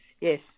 yes